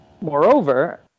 Moreover